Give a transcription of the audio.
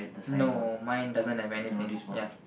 no mine doesn't have anything ya